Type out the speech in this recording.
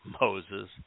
Moses